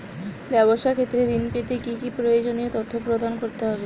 ব্যাবসা ক্ষেত্রে ঋণ পেতে কি কি প্রয়োজনীয় তথ্য প্রদান করতে হবে?